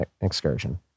Excursion